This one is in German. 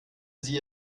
sie